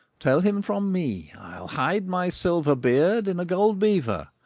tell him from me i'll hide my silver beard in a gold beaver,